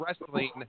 wrestling